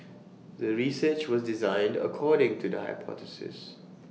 the research was designed according to the hypothesis